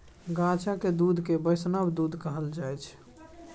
गाछक दुध केँ बैष्णव दुध कहल जाइ छै